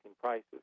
prices